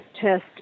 test